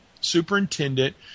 superintendent